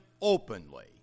openly